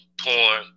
porn